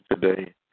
today